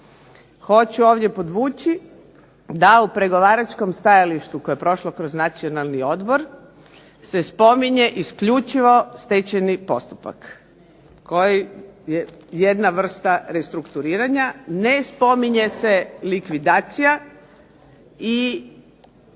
Hoću ovdje podvući da u pregovaračkom stajalištu koje je prošlo kroz Nacionalni odbor se spominje isključivo stečajni postupak koji je jedna vrsta restrukturiranja, ne spominje se likvidacija i